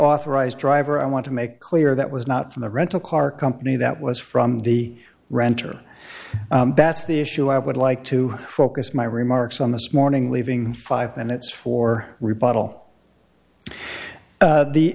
authorized driver i want to make clear that was not from the rental car company that was from the renter that's the issue i would like to focus my remarks on this morning leaving five minutes for rebuttal the